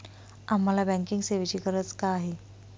आम्हाला बँकिंग सेवेची गरज का आहे?